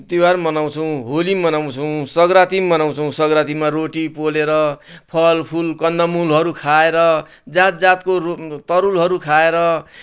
तिहार मनाउँछौँ होली मनाउँछौँ सग्राँती पनि मनाउँछौँ सग्राँतीमा रोटी पोलेर फलफुल कन्दमूलहरू खाएर जात जातको तरुलहरू खाएर